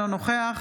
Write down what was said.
אינו נוכח